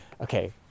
Okay